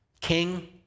King